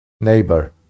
neighbor